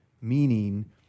Meaning